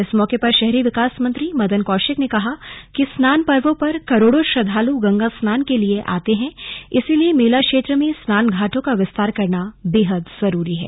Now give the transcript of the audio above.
इस मौके पर शहरी विकास मंत्री मदन कौशिक ने कहा कि स्नान पर्वो पर करोड़ों श्रद्धालु गंगा स्नान के लिए आते हैं इसलिए मेला क्षेत्र में स्नान घाटों का विस्तार करना बेहद जरूरी है